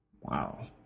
Wow